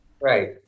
Right